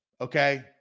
okay